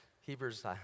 hebrews